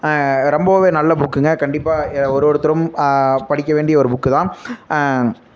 ரொம்பவே நல்ல புக்குங்க கண்டிப்பாக எ ஒரு ஒருத்தரும் படிக்க வேண்டிய ஒரு புக்கு தான்